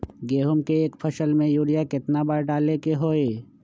गेंहू के एक फसल में यूरिया केतना बार डाले के होई?